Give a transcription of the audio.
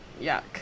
Yuck